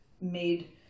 made